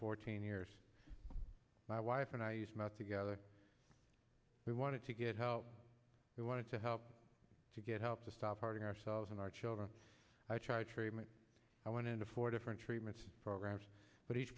fourteen years my wife and i met together we wanted to get how we wanted to help to get help to stop hurting ourselves and our children treatment i went into four different treatment programs but each